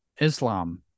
Islam